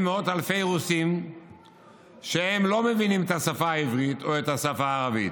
מאות אלפי רוסים שלא מבינים את השפה העברית או את השפה הערבית,